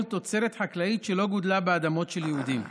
תוצרת חקלאית שלא גודלה באדמות של יהודים.